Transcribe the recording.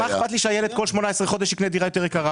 מה אכפת לי שהילד כל 18 חודש יקנה דירה יותר יקרה?